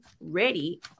ready